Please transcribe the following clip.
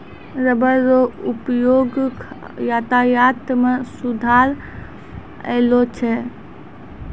rubber रो उपयोग यातायात मे सुधार अैलौ छै